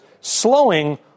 slowing